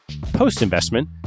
Post-investment